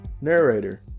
narrator